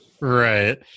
Right